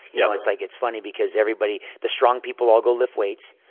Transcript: you know it's like it's funny because everybody the strong people all go lift weights.